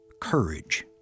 courage